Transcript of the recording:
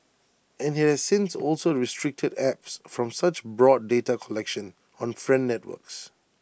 and IT has since also restricted apps from such broad data collection on friend networks